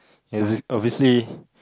every obviously